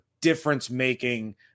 difference-making